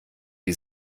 die